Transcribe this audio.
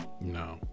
No